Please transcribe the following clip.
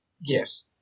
Yes